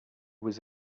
was